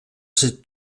ces